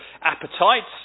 appetites